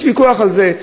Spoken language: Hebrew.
יש ויכוח על זה.